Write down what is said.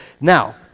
Now